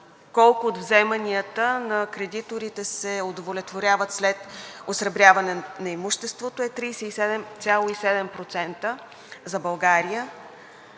колко от вземанията на кредиторите се удовлетворяват след осребряване на имуществото е 37,7% за България